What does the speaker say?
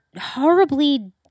horribly